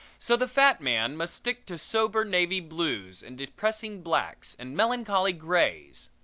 so the fat man must stick to sober navy blues and depressing blacks and melancholy grays.